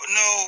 no